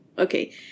Okay